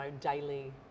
daily